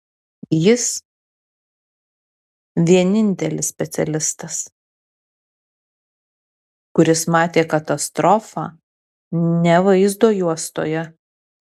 jis vienintelis specialistas kuris matė katastrofą ne vaizdo juostoje